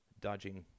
dodging